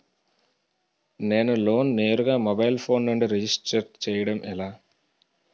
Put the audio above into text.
నేను లోన్ నేరుగా mobile phone నుంచి రిజిస్టర్ చేయండి ఎలా?